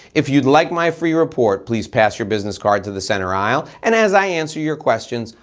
if you'd like my free report, please pass your business card to the center aisle, and as i answer your questions,